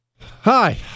hi